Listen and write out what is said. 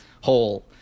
whole